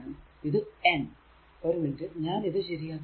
ഇത് n ഒരു minute ഞാൻ ഇത് ശരിയാക്കുകയാണ്